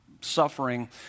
suffering